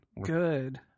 Good